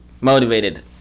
motivated